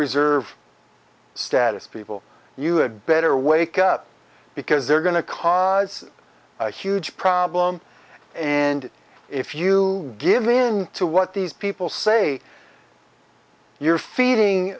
reserve status people you had better wake up because they're going to cause a huge problem and if you give in to what these people say you're feeding